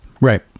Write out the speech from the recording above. right